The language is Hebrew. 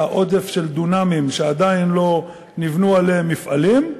עודף של דונמים שעדיין לא נבנו עליהם מפעלים,